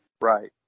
Right